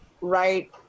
right